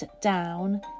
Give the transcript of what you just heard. down